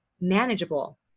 manageable